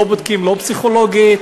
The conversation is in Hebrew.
לא בודקים, לא פסיכולוגית,